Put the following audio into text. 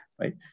right